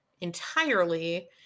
entirely